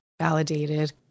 validated